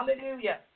Hallelujah